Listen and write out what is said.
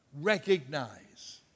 Recognize